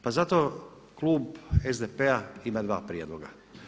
Pa zato klub SDP-a ima dva prijedloga.